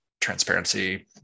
transparency